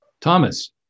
Thomas